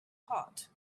hot